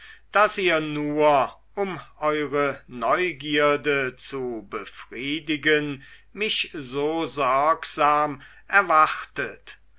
daß ihr nur um eure neugierde zu befriedigen mich so sorgsam erwartet